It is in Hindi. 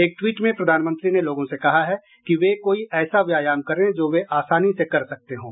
एक ट्वीट में प्रधानमंत्री ने लोगों से कहा है कि वे कोई ऐसा व्यायाम करें जो वे आसानी से कर सकते हों